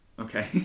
Okay